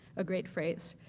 a great phrase.